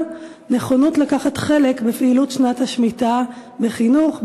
נכונות לקחת חלק בפעילות שנת השמיטה בחינוך,